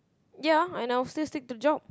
ya and I will still stick to the job